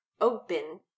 open